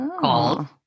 called